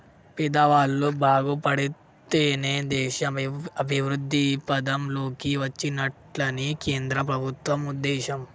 పేదవాళ్ళు బాగుపడితేనే దేశం అభివృద్ధి పథం లోకి వచ్చినట్లని కేంద్ర ప్రభుత్వం ఉద్దేశం